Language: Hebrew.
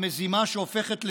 המזימה שהופכת לסיוט,